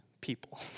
people